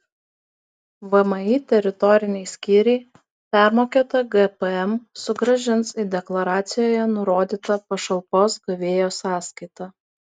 vmi teritoriniai skyriai permokėtą gpm sugrąžins į deklaracijoje nurodytą pašalpos gavėjo sąskaitą